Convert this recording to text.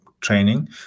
training